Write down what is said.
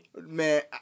Man